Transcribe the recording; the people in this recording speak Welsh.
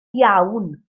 iawn